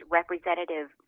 representative